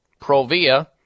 Provia